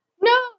No